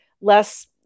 less